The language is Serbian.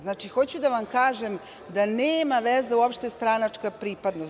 Znači, hoću da vam kažem da nema veze uopšte stranačka pripadnost.